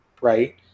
right